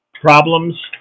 problems